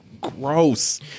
gross